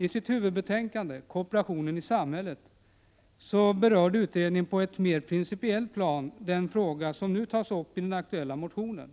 I sitt huvudbetänkande, Kooperationen i samhället, berörde utredningen på ett mer principiellt plan den fråga som nu tas upp i den aktuella motionen,